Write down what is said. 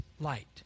light